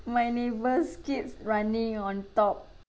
my neighbour's kids running on top